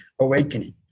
awakening